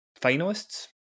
finalists